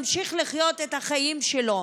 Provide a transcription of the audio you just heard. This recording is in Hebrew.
ממשיך לחיות את החיים שלו.